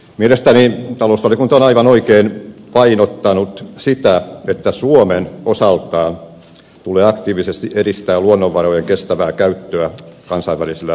mielestäni talousvaliokunta on aivan oikein painottanut sitä että suomen tulee osaltaan aktiivisesti edistää luonnonvarojen kestävää käyttöä kansainvälisillä foorumeilla